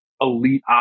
elite